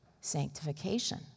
sanctification